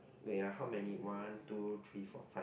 there are how many one two three four five